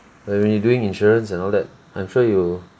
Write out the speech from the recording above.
like when you doing insurance and all that I'm sure you